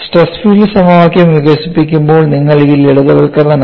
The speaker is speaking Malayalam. സ്ട്രെസ് ഫീൽഡ് സമവാക്യം വികസിപ്പിക്കുമ്പോൾ നിങ്ങൾ ഈ ലളിതവൽക്കരണം നടത്തി